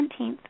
17th